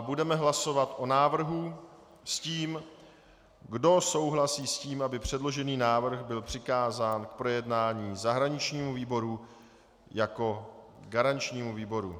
Budeme hlasovat o návrhu, kdo souhlasí s tím, aby předložený návrh byl přikázán k projednání zahraničnímu výboru jako garančnímu výboru.